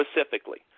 specifically